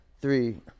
three